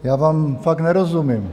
Já vám fakt nerozumím.